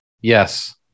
Yes